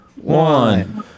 one